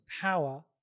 power